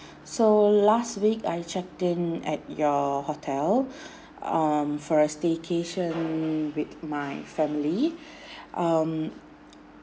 so last week I checked in at your hotel um for a staycation with my family um